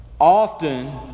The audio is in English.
often